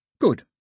Good